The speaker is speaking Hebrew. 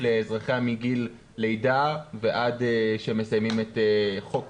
לאזרחיה מגיל לידה ועד שהם מסיימים את חוק